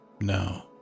No